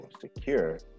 secure